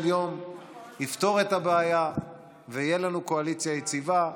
יום יפתור את הבעיה ותהיה לנו קואליציה יציבה.